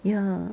ya